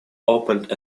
opened